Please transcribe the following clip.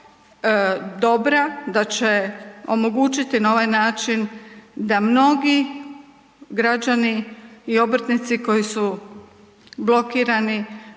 dobra, da će omogućiti na ovaj način da mnogi građani i obrtnici koji su blokirani,